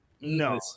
No